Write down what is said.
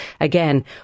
again